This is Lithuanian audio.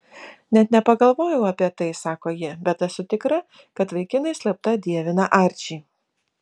net nepagalvojau apie tai sako ji bet esu tikra kad vaikinai slapta dievina arčį